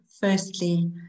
firstly